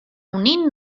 unint